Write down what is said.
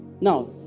Now